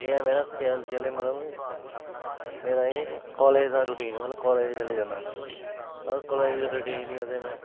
एह् ऐ मेरा केअल जी दा मतलब मेरा एह् कालेज दा रूटीन ऐ मतलब कालेज जिसलै जन्नां अगर कालेज दी रूटीन नी होऐ ते में